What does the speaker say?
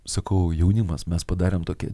sakau jaunimas mes padarėm tokią